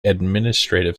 administrative